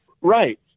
Right